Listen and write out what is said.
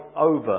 over